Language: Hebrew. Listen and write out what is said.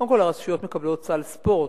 ומה התקציב לפי התוכנית שלכם ל-2011 ול-2012,